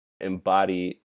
embody